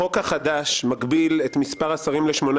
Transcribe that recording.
החוק החדש מגביל את מספר השרים ל-18